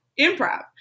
improv